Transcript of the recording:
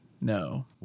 No